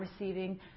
receiving